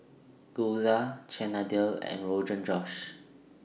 Gyoza Chana Dal and Rogan Josh